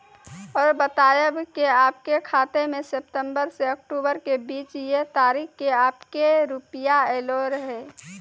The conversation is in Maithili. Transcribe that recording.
और बतायब के आपके खाते मे सितंबर से अक्टूबर के बीज ये तारीख के आपके के रुपिया येलो रहे?